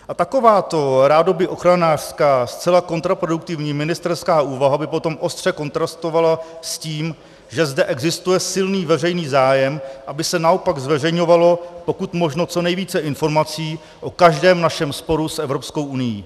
A takováto rádoby ochranářská zcela kontraproduktivní ministerská úvaha by potom ostře kontrastovala s tím, že zde existuje silný veřejný zájem, aby se naopak zveřejňovalo pokud možno co nejvíce informací o každém našem sporu s Evropskou unií.